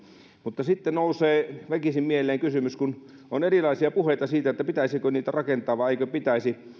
mutta sitten nousee väkisin mieleen se kysymys kun on erilaisia puheita siitä pitäisikö niitä rakentaa vai eikö pitäisi